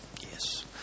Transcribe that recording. yes